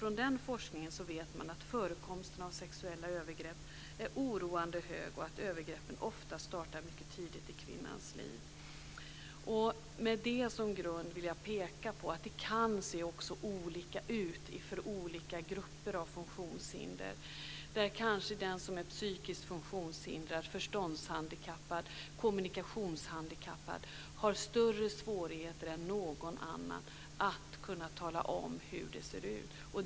Från den forskningen vet man att förekomsten av sexuella övergrepp är oroande stor och att övergreppen ofta startar mycket tidigt i kvinnans liv. Med detta som grund vill jag också peka på att det kan se olika ut för olika grupper med funktionshinder. Den som är psykiskt funktionshindrad, förståndshandikappad eller kommunikationshandikappad har kanske större svårigheter än någon annan när det gäller möjligheterna att tala om hur det ser ut.